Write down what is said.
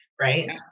right